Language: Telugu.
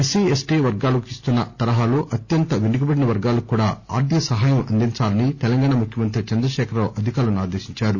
ఎస్సి ఎస్టి వర్గాల కు ఇస్తున్న అత్యంత వెనుకబడిన వర్గాలకు కూడా ఆర్గిక సాయం అందించాలని తెలంగాణ ముఖ్యమంత్రి చంద్రకేఖరరావు అధికారులను ఆదేశిందారు